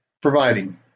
providing